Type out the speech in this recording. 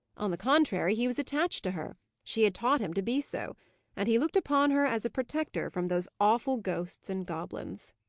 on the contrary, he was attached to her she had taught him to be so and he looked upon her as a protector from those awful ghosts and goblins.